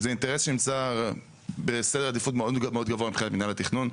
זה אינטרס שנמצא בדר עדיפויות מאוד גבוה מבחינת מינהל התכנון.